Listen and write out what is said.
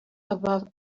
above